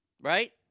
Right